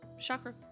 chakra